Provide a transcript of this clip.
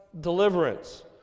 deliverance